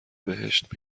بهشت